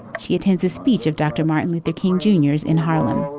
she attends a speech of dr. martin luther king juniors in harlem,